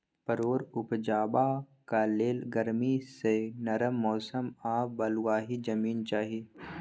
परोर उपजेबाक लेल गरमी सँ नरम मौसम आ बलुआही जमीन चाही